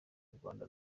rwanda